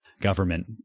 government